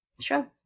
Sure